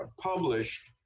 published